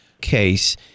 case